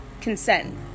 consent